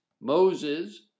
Moses